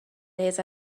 days